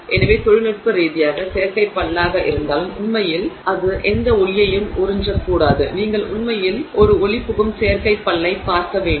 எனவே தொழில்நுட்ப ரீதியாக செயற்கை பல்லாக இருந்தாலும் உண்மையில் அது எந்த ஒளியையும் உறிஞ்சக்கூடாது நீங்கள் உண்மையில் ஒரு ஒளி புகும் செயற்கை பல்லைப் பார்க்க வேண்டும்